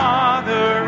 Father